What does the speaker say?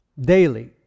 daily